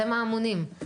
אתם האמונים.